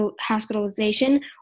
hospitalization